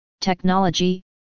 technology